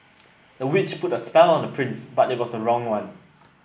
the witch put a spell on the prince but it was the wrong one